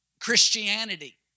Christianity